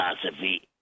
philosophy